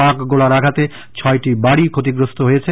পাক গলার আঘাতে ছ্য়টি বাড়ি ফ্ষতিগ্রস্থ হয়েছে